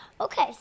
Okay